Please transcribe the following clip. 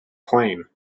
plane